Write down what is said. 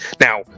Now